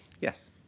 Yes